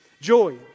Joy